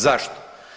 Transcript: Zašto?